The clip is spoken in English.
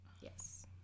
Yes